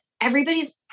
everybody's